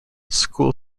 school